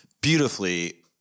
beautifully